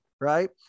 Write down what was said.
right